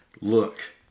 look